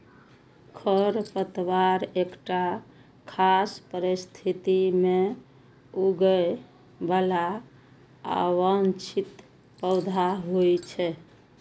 खरपतवार एकटा खास परिस्थिति मे उगय बला अवांछित पौधा होइ छै